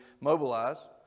mobilize